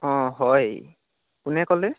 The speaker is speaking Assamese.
অঁ হয় কোনে ক'লে